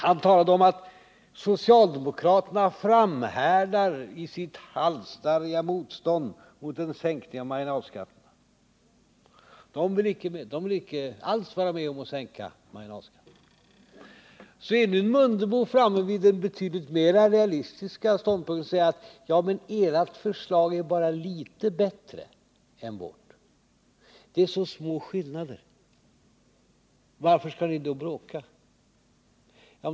Han talade om att socialdemokraterna framhärdar i sitt halvstarriga motstånd mot en sänkning av marginalskatten; de vill inte alls vara med om att sänka marginalskatten. Ingemar Mundebo intar nu en betydligt mer realistisk ståndpunkt. Han säger: Ja, men ert förslag är bara litet bättre än vårt. Det är så små skillnader, varför skall ni då bråka?